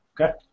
Okay